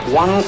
one